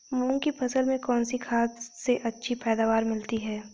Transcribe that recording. मूंग की फसल में कौनसी खाद से अच्छी पैदावार मिलती है?